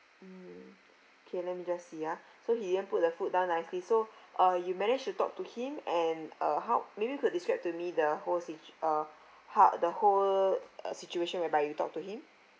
mm okay let me just see ah so he didn't put the food down nicely so uh you managed to talk to him and uh how maybe you could describe to me the whole situ~ uh how the whole uh situation where by you talked to him